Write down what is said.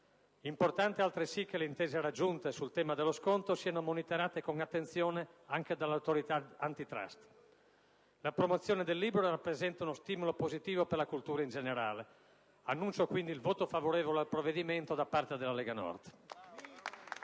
importante dunque che le intese raggiunte sul tema dello sconto siano monitorate con attenzione anche dall'Autorità *antitrust*. La promozione del libro rappresenta uno stimolo positivo per la cultura in generale. Annuncio, quindi, il voto favorevole al provvedimento da parte della Lega Nord.